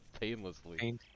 Painlessly